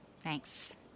Thanks